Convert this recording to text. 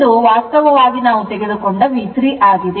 ಇದು ವಾಸ್ತವವಾಗಿ ನಾವು ತೆಗೆದುಕೊಂಡ V3 ಆಗಿದೆ